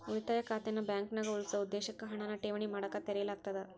ಉಳಿತಾಯ ಖಾತೆನ ಬಾಂಕ್ನ್ಯಾಗ ಉಳಿಸೊ ಉದ್ದೇಶಕ್ಕ ಹಣನ ಠೇವಣಿ ಮಾಡಕ ತೆರೆಯಲಾಗ್ತದ